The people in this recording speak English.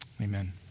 Amen